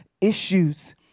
issues